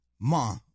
ma